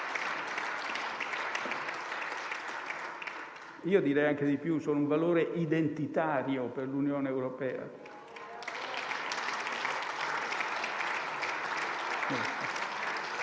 Io direi anche di più: solo un valore identitario per l'Unione europea.